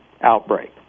outbreak